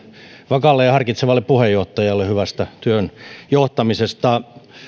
vakaalle ja harkitsevalle puheenjohtajalle hyvästä työn johtamisesta